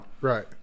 Right